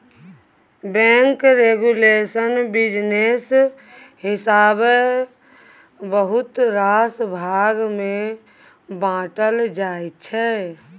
bank regulation business हिसाबेँ बहुत रास भाग मे बाँटल जाइ छै